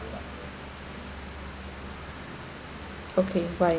okay why